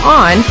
on